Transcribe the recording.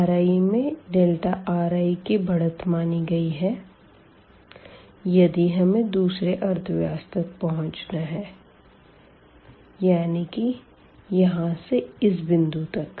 ri में riri की बढ़त मानी गयी है यदि हमें दूसरे अर्धव्यास तक पहुँचना है यानी की यहाँ से इस बिंदु तक